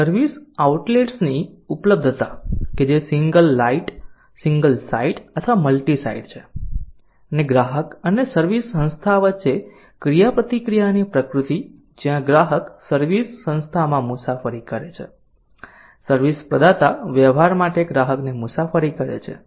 તેથી સર્વિસ આઉટલેટ્સની ઉપલબ્ધતા કે જે સિંગલ સાઇટ અથવા મલ્ટી સાઇટ છે અને ગ્રાહક અને સર્વિસ સંસ્થા વચ્ચે ક્રિયાપ્રતિક્રિયાની પ્રકૃતિ જ્યાં ગ્રાહક સર્વિસ સંસ્થામાં મુસાફરી કરે છે સર્વિસ પ્રદાતા વ્યવહાર માટે ગ્રાહકને મુસાફરી કરે છે